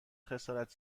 خسارت